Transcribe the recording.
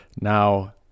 Now